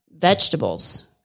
Vegetables